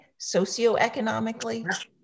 socioeconomically